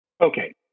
Okay